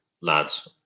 lads